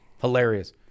Hilarious